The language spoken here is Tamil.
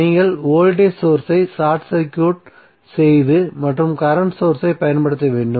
நீங்கள் வோல்டேஜ் சோர்ஸ் ஐ ஷார்ட் சர்க்யூட் செய்து மற்றும் கரண்ட் சோர்ஸ் ஐ பயன்படுத்த வேண்டும்